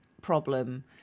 problem